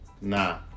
Nah